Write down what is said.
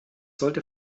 sollte